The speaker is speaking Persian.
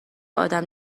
آدم